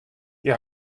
hja